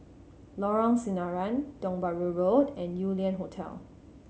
Lorong Sinaran Tiong Bahru Road and Yew Lian Hotel